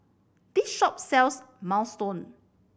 this shop sells Minestrone